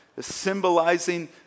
Symbolizing